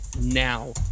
now